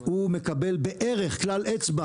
הוא מקבל בערך כלל אצבע